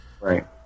right